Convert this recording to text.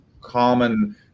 common